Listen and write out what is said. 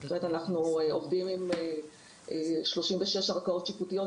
אנחנו עובדים עם 36 ערכאות שיפוטיות,